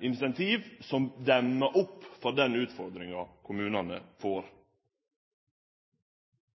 incentiv som demmer opp for den utfordringa kommunane får.